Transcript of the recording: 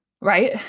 right